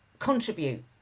contribute